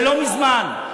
ולא מזמן.